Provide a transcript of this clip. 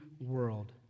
world